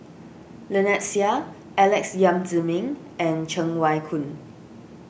Lynnette Seah Alex Yam Ziming and Cheng Wai Keung